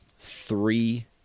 Three